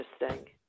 interesting